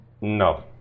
No